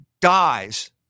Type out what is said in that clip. dies